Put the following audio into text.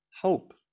hope